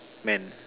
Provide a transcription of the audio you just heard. man